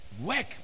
work